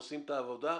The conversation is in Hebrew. עושים את העבודה,